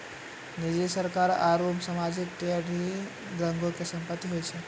निजी, सरकारी आरु समाजिक ढेरी रंगो के संपत्ति होय छै